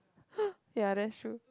ya that's true